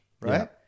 right